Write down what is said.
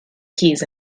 keys